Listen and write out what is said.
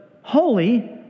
holy